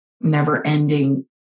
never-ending